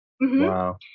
Wow